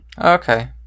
Okay